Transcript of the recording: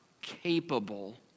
capable